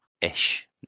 ish